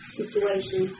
situation